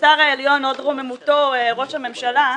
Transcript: הוד רוממותו ראש הממשלה,